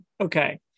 Okay